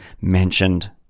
mentioned